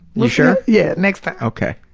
you sure? yeah. next time. okay.